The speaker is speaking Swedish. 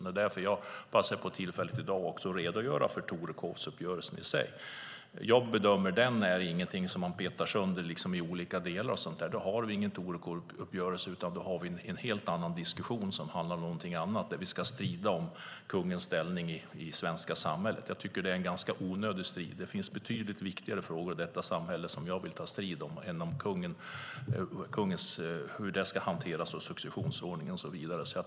Det är därför jag i dag passar på tillfället att redogöra för Torekovuppgörelsen. Jag bedömer att den inte är något som man petar sönder i olika delar. Då har vi ingen Torekovuppgörelse utan en helt annan diskussion, som handlar om någonting annat, där vi ska strida om kungens ställning i det svenska samhället. Jag tycker att det är en ganska onödig strid. Det finns betydligt viktigare frågor i detta samhälle som jag vill ta strid om än frågan om hur kungen och successionsordningen ska hanteras.